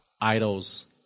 idols